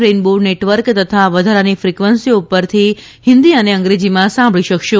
rainbow network તથા વધારાની ફિકવન્સીઓ પરથી હિંદી અને અંગ્રેજીમાં સાંભળી શકશો